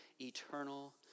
eternal